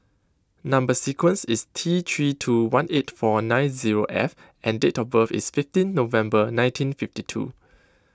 Number Sequence is T three two one eight four nine zero F and date of birth is fifteen November nineteen fifty two